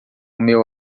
meu